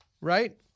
right